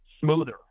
smoother